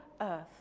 earth